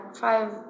five